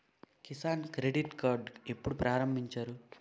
Kisan credit card ఎప్పుడు ప్రారంభించారు?